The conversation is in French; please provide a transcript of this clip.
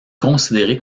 considéré